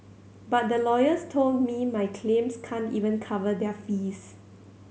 but the lawyers told me my claims can't even cover their fees